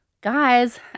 guys